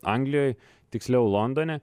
anglijoj tiksliau londone